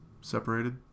separated